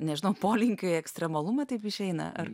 nežinau polinkio į ekstremalumą taip išeina ar